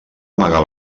amagar